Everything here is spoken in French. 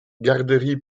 garderie